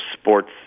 sports